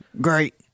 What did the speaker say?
Great